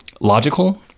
logical